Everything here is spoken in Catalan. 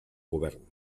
govern